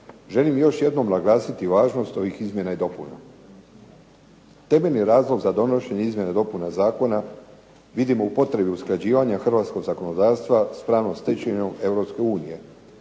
želim još jednom naglasiti važnost ovih izmjena i dopuna. Temeljni razlog za donošenje izmjena i dopuna zakona vidimo u potrebi usklađivanja hrvatskog zakonodavstva s pravnom stečevinom